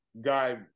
guy